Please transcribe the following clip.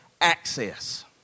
access